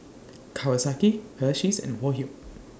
Kawasaki Hersheys and Woh Hup